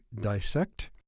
dissect